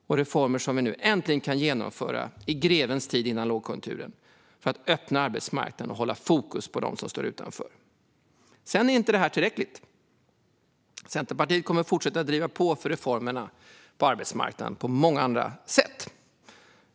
Det är reformer för att öppna arbetsmarknaden och hålla fokus på dem som står utanför som vi nu äntligen kan genomföra, i grevens tid, innan lågkonjunkturen kommer. Sedan är detta inte tillräckligt. Centerpartiet kommer att fortsätta att driva reformer på arbetsmarknaden på många andra sätt.